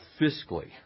fiscally